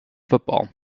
football